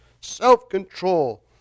self-control